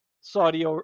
Saudi